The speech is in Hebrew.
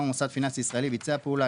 או מוסד פיננסי ישראלי ביצע פעולה,